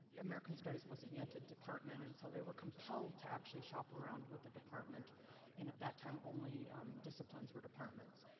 american studies wasn't yet a department and so they were compelled to actually shop around with the department. and at that time, only disciplines were departments.